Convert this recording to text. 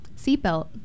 seatbelt